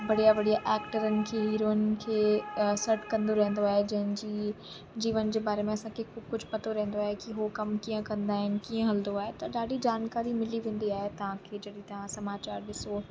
बढ़िया बढ़िया एक्टरनि खे हीरोइननि खे सॾु कंदो रहंदो आहे जंहिंजी जीवन जे बारे में असांखे खूब कुझु पतो रहंदो आहे की हो कम कीअं कंदा आहिनि कीअं हलंदो आहे त ॾाढी जानकारी मिली वेंदी आहे तव्हांखे जॾहिं तव्हां समाचार ॾिसो